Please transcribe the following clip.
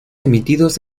emitidos